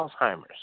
Alzheimer's